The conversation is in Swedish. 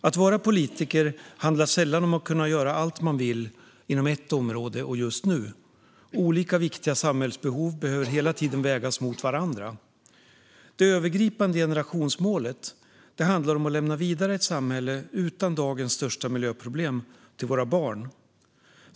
Att vara politiker handlar sällan om att kunna göra allt man vill inom ett område och just nu. Olika viktiga samhällsbehov behöver hela tiden vägas mot varandra. Det övergripande generationsmålet handlar om att lämna vidare ett samhälle utan dagens största miljöproblem till våra barn.